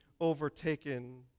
overtaken